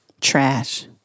Trash